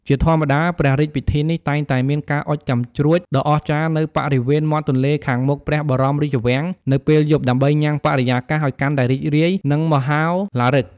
ជាធម្មតា ព្រះរាជពិធីនេះតែងតែមានការអុជកាំជ្រួចដ៏អស្ចារ្យនៅបរិវេណមាត់ទន្លេខាងមុខព្រះបរមរាជវាំងនៅពេលយប់ ដើម្បីញ៉ាំងបរិយាកាសឱ្យកាន់តែរីករាយ និងមហោឡារិក។